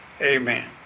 Amen